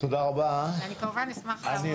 אני כמובן אשמח לעמוד לרשותך.